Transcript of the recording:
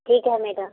ठीक है मैडम